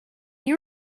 you